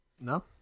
No